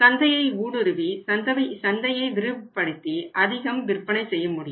சந்தையை ஊடுருவி சந்தையை விரிவுபடுத்தி அதிகம் விற்பனை செய்ய முடியும்